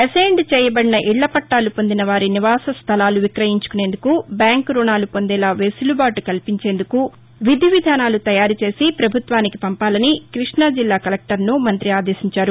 assigned చేయబడిన ఇళ్ల పట్టాలు పొందిన వారి నివాస స్టలాలు విక్రయించుకునేందుకు బ్యాంకు రుణాలు పొందేలా వెసులుబాటు కల్పించేందుకు విధి విధానాలు తయారు చేసి పభుత్వానికి పంపాలని కృష్ణొజిల్లా కలెక్టర్సు మంతి ఆదేశించారు